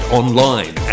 online